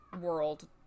world